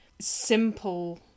simple